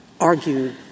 argued